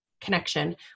connection